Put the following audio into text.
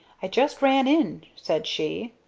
i just ran in, said she,